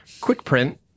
QuickPrint